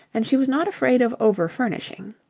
and she was not afraid of over-furnishing.